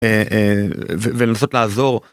ולנסות לעזור.